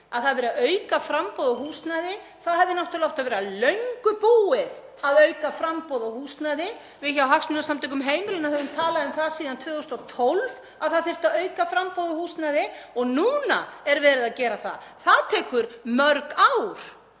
að það sé verið er að auka framboð á húsnæði, þá hefði náttúrlega átt að vera fyrir löngu búið að auka framboð á húsnæði. Við hjá Hagsmunasamtökum heimilanna höfum talað um það síðan 2012 að það þyrfti að auka framboð á húsnæði og núna er verið að gera það. Það tekur mörg ár.